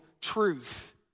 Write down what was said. truth